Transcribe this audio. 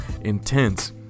intense